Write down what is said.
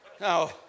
Now